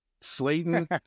Slayton